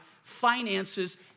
finances